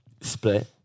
Split